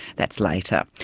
that's later.